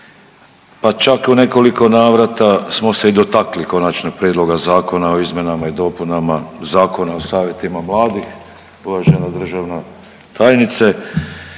Pa čak i u nekoliko navrata smo se i dotakli Konačnog prijedloga zakona o izmjenama i dopunama Zakona o savjetima mladih uvažena državna tajnice.